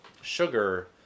sugar